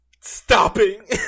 stopping